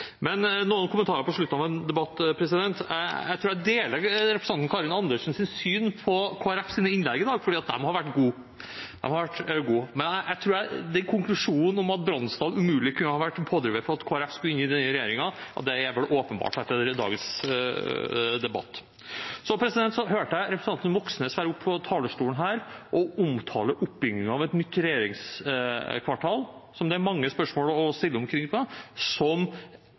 men Bø i Nordland fylke. Det unngikk statsrådens oppmerksomhet at Asphjell i sin iver var så uheldig å bemerke feil fylke. Noen kommentarer på slutten av en debatt: Jeg tror jeg deler representanten Karin Andersens syn på Kristelig Folkepartis innlegg i dag, for de har vært gode. Den konklusjonen at Bransdal umulig kunne ha vært en pådriver for at Kristelig Folkeparti skulle inn i denne regjeringen, er vel åpenbar etter dagens debatt. Så hørte jeg representanten Moxnes være oppe på talerstolen her og omtale oppbyggingen av et nytt regjeringskvartal, som det er mange spørsmål å stille rundt, som